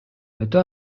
өтө